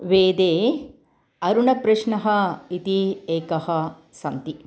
वेदे अरुणप्रश्नः इति एकः सन्ति